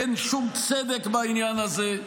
אין שום צדק בעניין הזה.